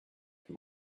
them